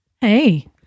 Hey